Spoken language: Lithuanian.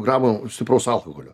gramų stipraus alkoholio